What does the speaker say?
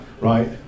right